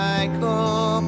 Michael